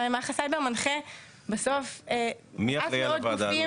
מערך הסייבר מנחה בסוף מעט מאוד גופים